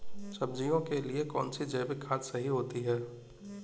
सब्जियों के लिए कौन सी जैविक खाद सही होती है?